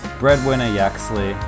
breadwinneryaxley